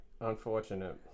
Unfortunate